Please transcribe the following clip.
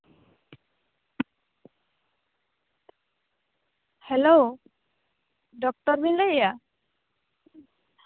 hello doctor ᱵᱤᱱ ᱞᱟᱹᱭᱮᱜᱼᱟ